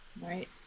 right